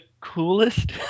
coolest